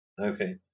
Okay